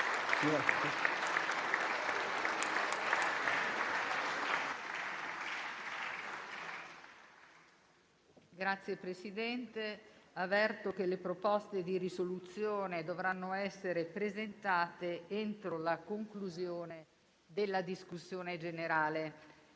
finestra"). Avverto che le proposte di risoluzione dovranno essere presentate entro la conclusione della discussione.